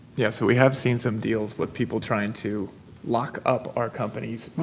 yes. so, we have seen some deals with people trying to lock up our companies.